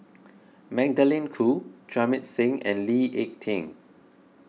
Magdalene Khoo Jamit Singh and Lee Ek Tieng